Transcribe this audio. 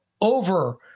over